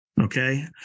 okay